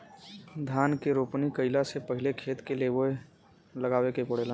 धान के रोपनी कइला से पहिले खेत के लेव लगावे के पड़ेला